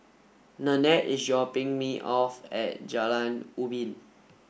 Nannette is dropping me off at Jalan Ubin